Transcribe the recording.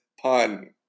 pun